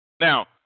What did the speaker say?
Now